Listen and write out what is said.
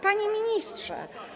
Panie Ministrze!